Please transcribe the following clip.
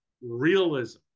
realism